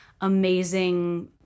amazing